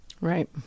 Right